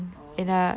oh